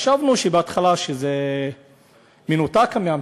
חשבנו בהתחלה שזה מנותק מהמציאות,